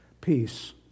Peace